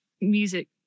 music